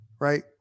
right